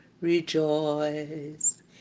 rejoice